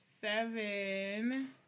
seven